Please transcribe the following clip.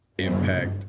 impact